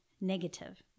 negative